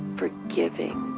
forgiving